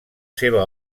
seva